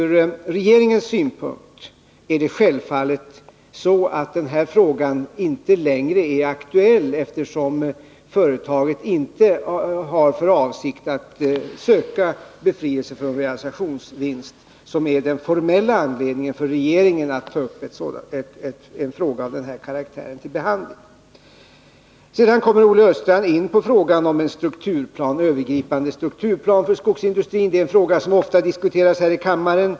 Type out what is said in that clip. Ur regeringens synpunkt är det självfallet så att frågan inte längre är aktuell, eftersom företaget inte har för avsikt att söka befrielse från realisationsvinstbeskattning, något som är den formella anledningen för regeringen att ta upp en fråga av den här karaktären till behandling. Sedan kommer Olle Östrand in på frågan om en övergripande strukturplan för skogsindustrin. Det är en fråga som ofta diskuteras här i kammaren.